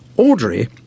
Audrey